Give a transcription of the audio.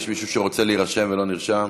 יש מישהו שרוצה להירשם ולא נרשם?